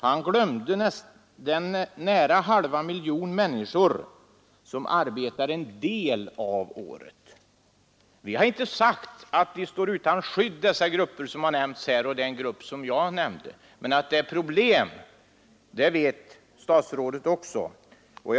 Han glömde de uppemot en halv miljon människor som arbetar en del av året. Vi har inte sagt att de grupper som nämnts av mig och av andra i debatten är utan skydd, men också statsrådet vet att de har problem.